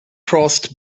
crossed